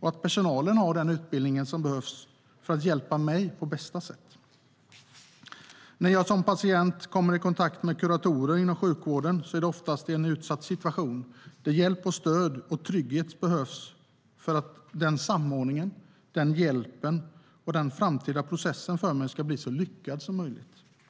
och att personalen har den utbildning som behövs för att hjälpa mig på bästa sätt. När jag som patient kommer i kontakt med kuratorer inom sjukvården är det oftast i en utsatt situation där hjälp, stöd och trygghet behövs för att samordning, hjälp och den framtida processen för mig ska bli så lyckad som möjligt.